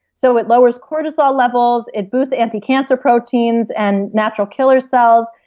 so it lowers cortisol levels. it boosts anti-cancer proteins and natural killer cells.